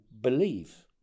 believe